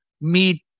meet